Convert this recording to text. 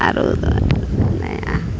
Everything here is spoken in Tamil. அவ்வளோ தான் எனக்கு